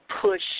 push